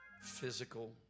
physical